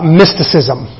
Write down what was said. mysticism